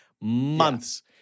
Months